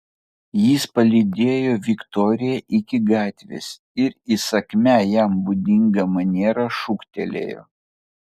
jis palydėjo viktoriją iki gatvės ir įsakmia jam būdinga maniera šūktelėjo